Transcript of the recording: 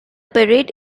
parade